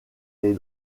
les